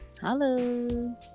hello